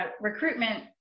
recruitment